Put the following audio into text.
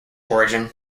origin